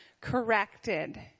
corrected